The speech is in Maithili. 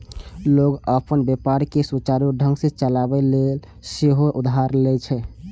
लोग अपन व्यापार कें सुचारू ढंग सं चलाबै लेल सेहो उधार लए छै